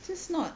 just not